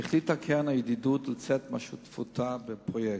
החליטה קרן הידידות לצאת משותפותה בפרויקט,